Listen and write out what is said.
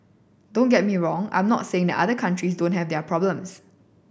don't get me wrong I'm not saying that other countries don't have their problems